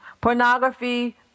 Pornography